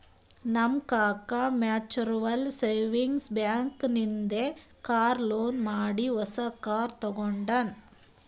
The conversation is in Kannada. ನಮ್ ಕಾಕಾ ಮ್ಯುಚುವಲ್ ಸೇವಿಂಗ್ಸ್ ಬ್ಯಾಂಕ್ ನಾಗಿಂದೆ ಕಾರ್ ಲೋನ್ ಮಾಡಿ ಹೊಸಾ ಕಾರ್ ತಗೊಂಡಾನ್